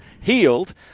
healed